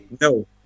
No